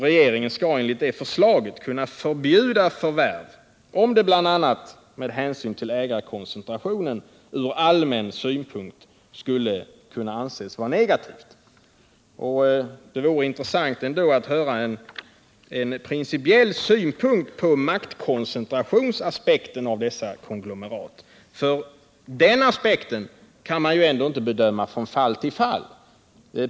Regeringen skall enligt det förslaget kunna förbjuda förvärv om det, bl.a. med hänsyn till ägarkoncentrationen, ur allmän synpunkt skulle kunna anses vara negativt. Det vore ändå intressant att få en principiell synpunkt på maktkoncentrationsfrågan i vad gäller dessa konglomerat. Den aspekten kan man ju inte bedöma från fall till fall.